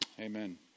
Amen